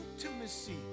intimacy